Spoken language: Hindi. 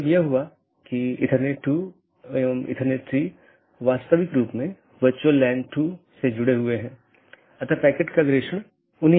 जैसा कि हमने पाथ वेक्टर प्रोटोकॉल में चर्चा की है कि चार पथ विशेषता श्रेणियां हैं